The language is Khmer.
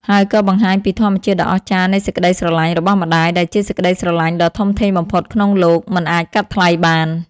ហើយក៏បង្ហាញពីធម្មជាតិដ៏អស្ចារ្យនៃសេចក្ដីស្រឡាញ់របស់ម្ដាយ ដែលជាសេចក្ដីស្រឡាញ់ដ៏ធំធេងបំផុតក្នុងលោក មិនអាចកាត់ថ្លៃបាន។